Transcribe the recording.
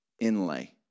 inlay